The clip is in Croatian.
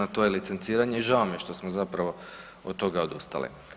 To je licenciranje i žao mi je što smo zapravo od toga odustali.